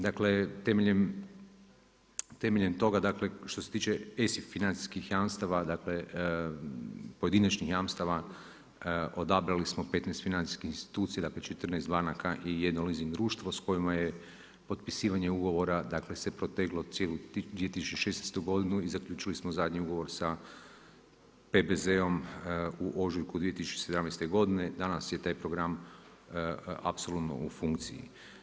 Dakle, temeljem toga što se tiče ESIF financijskih jamstava, dakle pojedinačnih jamstava, odabrali smo 15 financijskih institucija, 14 banaka i jedno leasing društvo s kojima se potpisivanje ugovora se proteglo cijelu 2016. godinu i zaključili smo zadnji ugovor sa PBZ-om u ožujku 2017. godine, danas je taj program apsolutno u funkciji.